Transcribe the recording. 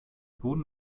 boden